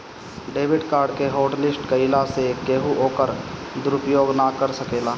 debit card के hotlist कईला से केहू ओकर दुरूपयोग ना कर सकेला